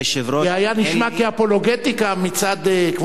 זה היה נשמע כאפולוגטיקה מצד כבוד סגן השר,